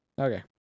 Okay